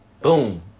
Boom